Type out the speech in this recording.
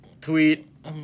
tweet